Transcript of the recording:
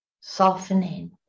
softening